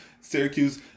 Syracuse